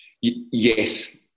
Yes